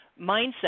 mindset